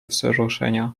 wzruszenia